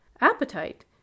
Appetite